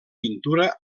pintura